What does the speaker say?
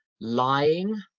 Lying